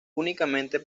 únicamente